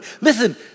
listen